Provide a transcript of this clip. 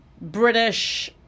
British